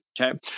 okay